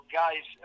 guys